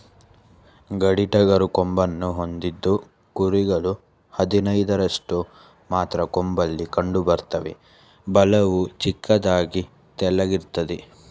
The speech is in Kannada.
ಗಡ್ಡಿಟಗರು ಕೊಂಬನ್ನು ಹೊಂದಿದ್ದು ಕುರಿಗಳು ಹದಿನೈದರಷ್ಟು ಮಾತ್ರ ಕೊಂಬಲ್ಲಿ ಕಂಡುಬರ್ತವೆ ಬಾಲವು ಚಿಕ್ಕದಾಗಿ ತೆಳ್ಳಗಿರ್ತದೆ